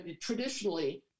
traditionally